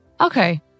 Okay